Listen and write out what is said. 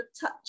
touch